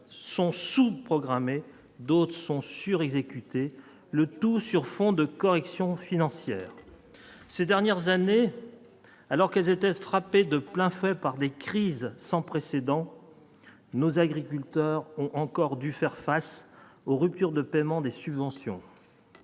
sont sous programmé, d'autres sont sûres exécutées, le tout sur fond de correction financière ces dernières années, alors qu'elles étaient frappées de plein fouet par des crises sans précédent nos agriculteurs ont encore dû faire face aux ruptures de paiement des subventions.